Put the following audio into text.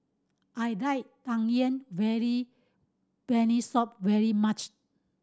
I like Tang Yuen very Peanut Soup very much